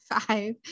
five